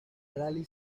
rally